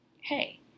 Hey